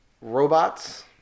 robots